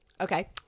Okay